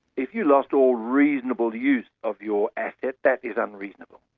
if you lost all reasonable use of your asset, that is unreasonable.